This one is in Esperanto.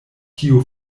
tio